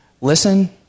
Listen